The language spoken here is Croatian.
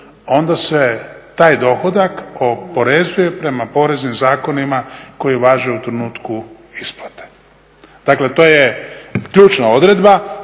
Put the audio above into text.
onda se taj dohodak oporezuje prema poreznim zakonima koji važe u trenutku isplate. Dakle, to je ključna odredba.